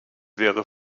wäre